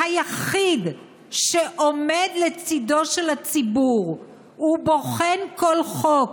היחיד שעומד לצידו של הציבור ובוחן כל חוק,